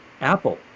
Apple